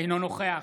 אינו נוכח